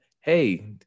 hey